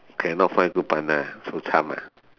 cannot find good partner so cham ah